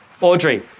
Audrey